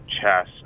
chess